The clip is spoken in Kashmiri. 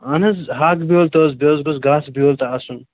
اَہَن حظ ہاکہٕ بیٛوٚل تہٕ حظ بیٚیہِ حظ گوٚژھ گاسہٕ بیٛوٚل تہِ آسُن